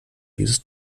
dieses